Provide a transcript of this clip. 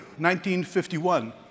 1951